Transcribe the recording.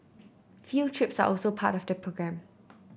field trips are also part of the programme